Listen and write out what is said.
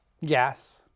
Yes